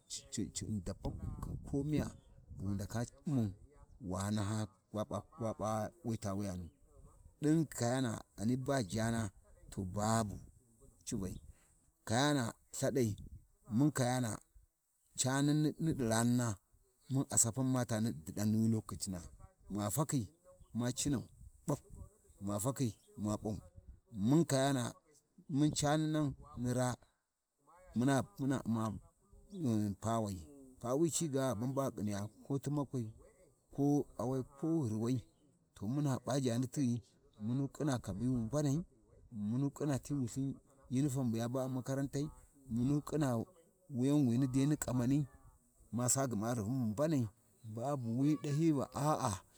﻿Cu Un daban khin komiya wu ndaka u'mau, ma naha wa p’a-wa-wuyanu ɗin kayana ghani ba jaana, to babu kayana Lthaɗai, mun kayana can naɗi-niɗi ranina, mun a sapan ni ta diɗan wi Lokacina, Ma fakhi ma cinau ɓak ma fakhi ma p’au, mun kayana mun cani nan ni raa, wuna muna U’mma un pawai pawi ci ga gha ban ba ghi ƙiniya, to tumaƙi ko awai ko ghirwai, to muna p’a jaani tighi mun ƙina kabi wi mbanai muna ƙina ti Wulthin uniform bu ya ba ɗi makarantai, mun dai ƙina wuyan wini ni ƙaamani, masa rivun bu mbanai, babu wi sahyiyi ba a,a.